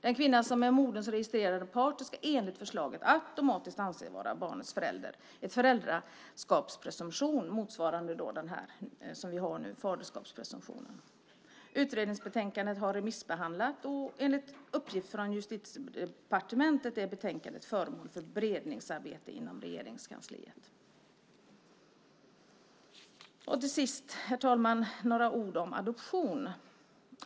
Den kvinna som är moderns registrerade partner ska enligt förslaget automatiskt anses vara barnets förälder, en föräldraskapspresumtion motsvarande den som vi har nu, faderskapspresumtionen. Utredningsbetänkandet har remissbehandlats, och enligt uppgift från Justitiedepartementet är betänkandet föremål för beredningsarbete inom Regeringskansliet. Till sist, herr talman, några ord om adoption.